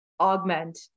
augment